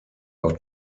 auf